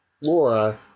Laura